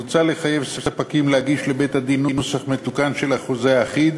מוצע לחייב ספקים להגיש לבית-הדין נוסח מתוקן של החוזה האחיד